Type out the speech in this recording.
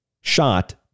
shot